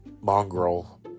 mongrel